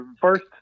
first